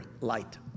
light